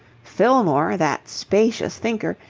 fillmore, that spacious thinker,